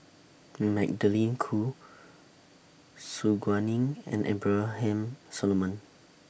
Magdalene Khoo Su Guaning and Abraham Solomon